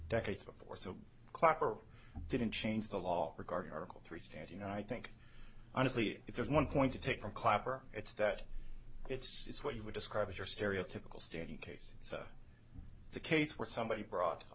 decades before so clapper didn't change the law regarding article three stand you know i think honestly if there's one point to take from clapper it's that it's what you would describe as your stereotypical standing case so it's a case where somebody brought a